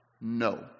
No